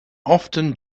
often